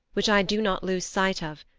which i do not lose sight of,